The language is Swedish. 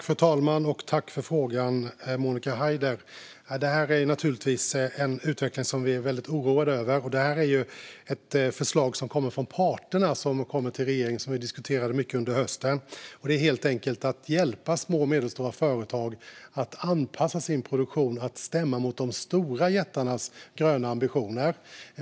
Fru talman! Tack för frågan, Monica Haider! Det här är naturligtvis en utveckling som vi är väldigt oroade över. Det här är ett förslag som kommit till regeringen från parterna och som vi diskuterade mycket under hösten, och det handlar helt enkelt om att hjälpa små och medelstora företag att anpassa sin produktion att stämma mot de stora jättarnas gröna ambitioner.